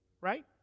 right